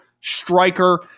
striker